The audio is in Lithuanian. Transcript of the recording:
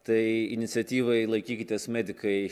tai iniciatyvai laikykitės medikai